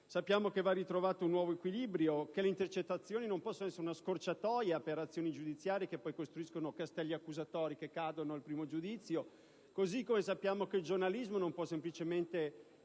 eccessi, che va ritrovato un nuovo equilibrio, che le intercettazioni non possono essere una scorciatoia per azioni giudiziarie che costruiscono castelli accusatori che cadono al primo giudizio, così come sappiamo che il giornalismo non può semplicemente